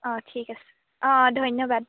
অঁ ঠিক আছে অঁ অঁ ধন্যবাদ